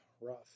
rough